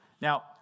Now